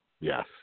Yes